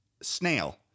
snail